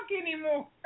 anymore